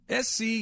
SC